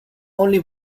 only